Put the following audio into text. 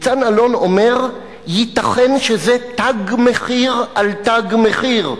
ניצן אלון אומר: ייתכן שזה תג מחיר על תג מחיר,